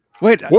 Wait